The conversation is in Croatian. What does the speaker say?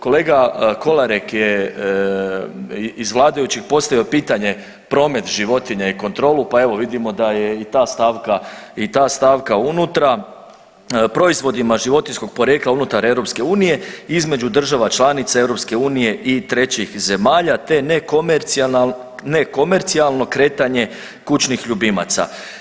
Kolega Kolarek je iz vladajućih postavio pitanje promet životinja i kontrolu pa evo vidimo da je i ta stavka unutra, proizvodima životinjskog porijekla unutar EU između država članica EU i trećih zemalja te nekomercijalno kretanje kućnih ljubimaca.